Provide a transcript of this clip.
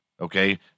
okay